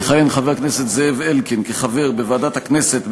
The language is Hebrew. יכהן חבר הכנסת זאב אלקין כחבר בוועדת הכנסת,